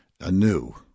anew